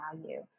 value